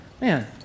Man